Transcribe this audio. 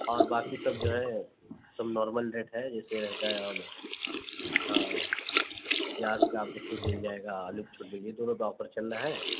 اور باقی سب جو ہے سب نارمل ریٹ ہے جیسے ہوتا ہے پیاز پہ آپ کو چُھوٹ مل جائے گا آلو پہ چُھوٹ مل یہ دونوں پہ آفر چل رہا ہے